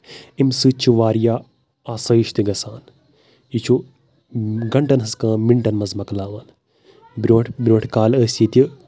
اَمہِ سۭتۍ چھِ واریاہ آسٲیِش تہِ گژھان یہِ چھُ گنٛٹن ہِنٛز کٲم مِنٹن منٛز مۄکلاوان برۄنٛٹھ برۄنٛٹھ کَالہٕ ٲسۍ ییٚتہِ